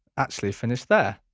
actually finished there.